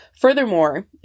Furthermore